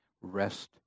rest